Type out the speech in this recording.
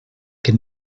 que